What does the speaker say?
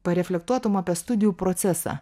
pareflektuotum apie studijų procesą